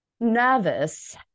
nervous